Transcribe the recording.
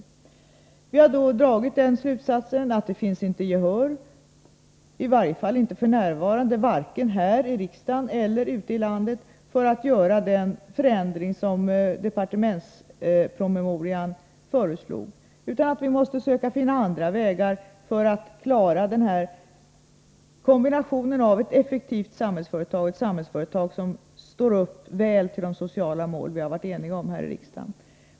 Av detta har vi i regeringen dragit slutsatsen att det inte vare sig här i riksdagen eller ute i landet finns gehör, i varje fall inte f. n., för att göra den förändring som departementspromemorian föreslog, utan att vi måste söka finna andra vägar för att uppnå kombinationen av ett effektivt Samhällsföretag och ett Samhällsföretag som väl svarar mot de sociala mål som vi har varit eniga om här i riksdagen.